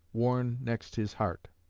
worn next his heart.